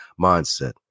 mindset